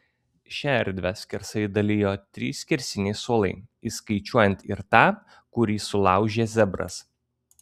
šią erdvę skersai dalijo trys skersiniai suolai įskaičiuojant ir tą kurį sulaužė zebras